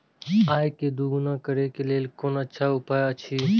आय के दोगुणा करे के लेल कोन अच्छा उपाय अछि?